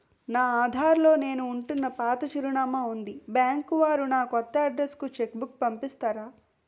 నా ఆధార్ లో నేను ఉంటున్న పాత చిరునామా వుంది బ్యాంకు వారు నా కొత్త అడ్రెస్ కు చెక్ బుక్ పంపిస్తారా?